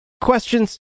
questions